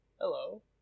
hello